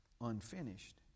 unfinished